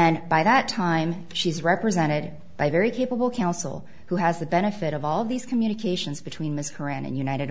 and by that time she's represented by very capable counsel who has the benefit of all of these communications between mr and united o